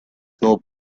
not